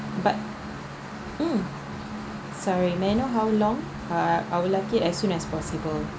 but mm sorry may I know how long I would like it as soon as possible